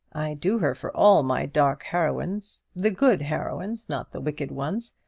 i do her for all my dark heroines the good heroines, not the wicked ones.